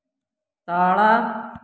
ତଳ